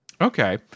okay